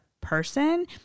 person